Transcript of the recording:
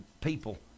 people